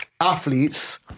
athletes